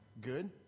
Good